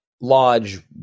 Lodge